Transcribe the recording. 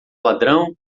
ladrão